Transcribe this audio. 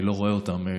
אני לא רואה אותם,